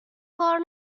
کار